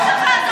איפה העם שלי?